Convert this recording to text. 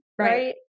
right